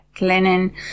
linen